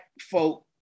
folk